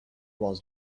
was